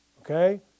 Okay